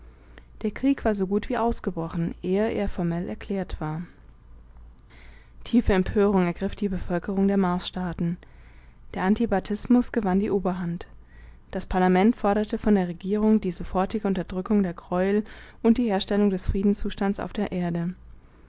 der krieg war so gut wie ausgebrochen ehe er formell erklärt war tiefe empörung ergriff die bevölkerung der marsstaaten der antibatismus gewann die oberhand das parlament forderte von der regierung die sofortige unterdrückung der greuel und die herstellung des friedenszustandes auf der erde